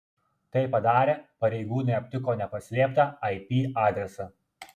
tai padarę pareigūnai aptiko nepaslėptą ip adresą